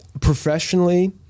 professionally